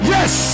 Yes